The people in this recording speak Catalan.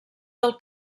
del